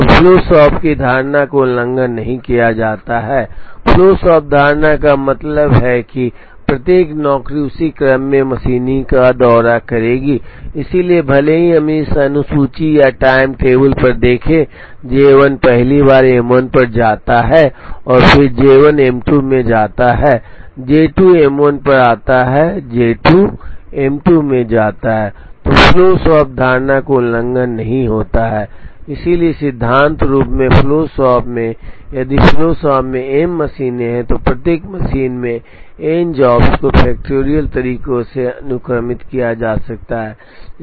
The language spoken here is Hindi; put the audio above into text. तो फ्लो शॉप धारणा का उल्लंघन नहीं होता है इसलिए सिद्धांत रूप में फ्लो शॉप में यदि फ्लो शॉप में एम मशीनें हैं तो प्रत्येक मशीन में एन जॉब्स को फैक्टरियल तरीकों से अनुक्रमित किया जा सकता है